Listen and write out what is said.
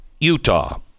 Utah